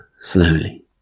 slowly